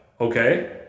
Okay